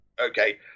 okay